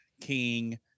king